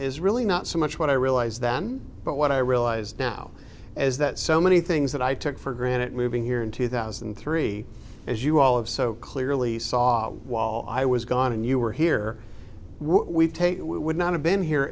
is really not so much what i realized then but what i realized now is that so many things that i took for granted moving here in two thousand and three as you all have so clearly saw while i was gone and you were here we take we would not have been here